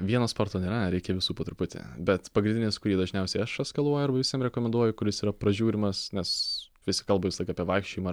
vieno sporto nėra reikia visų po truputį bet pagrindinis kurį dažniausiai aš eskaluoju arba vaisiem rekomenduoju kuris yra pražiūrimas nes visi kalba visąlaik apie vaikščiojimą